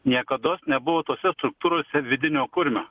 niekados nebuvo tose struktūrose vidinio kurmio